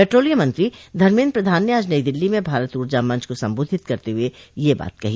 petroleum मंत्री धर्मेन्द्र प्रधान ने आज नई दिल्ली में भारत ऊर्जा मंच को संबोधित करते हुए यह बात कही